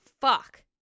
fuck